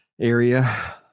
area